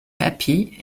happy